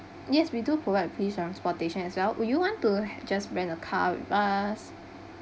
yes we do provide free transportation as well would you want to ha~ just rent a car with us